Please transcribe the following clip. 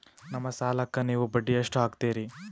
ನಮ್ಮ ಸಾಲಕ್ಕ ನೀವು ಬಡ್ಡಿ ಎಷ್ಟು ಹಾಕ್ತಿರಿ?